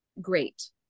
great